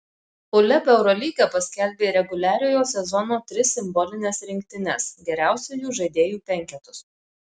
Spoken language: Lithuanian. uleb eurolyga paskelbė reguliariojo sezono tris simbolines rinktines geriausiųjų žaidėjų penketus